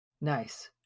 Nice